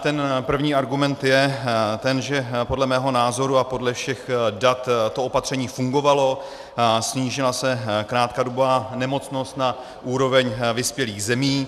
Ten první argument je ten, že podle mého názoru a podle všech dat to opatření fungovalo, snížila se krátkodobá nemocnost na úroveň vyspělých zemí.